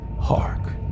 Hark